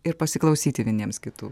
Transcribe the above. ir pasiklausyti vieniems kitų